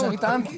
זה מה שאני טענתי.